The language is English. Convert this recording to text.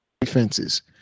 defenses